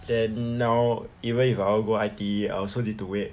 then now even if I want to go I_T_E I also need to wait